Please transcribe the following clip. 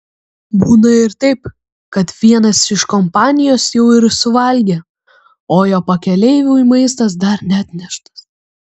būna ir taip kad vienas iš kompanijos jau ir suvalgė o jo pakeleiviui maistas dar neatneštas